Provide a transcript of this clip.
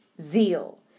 zeal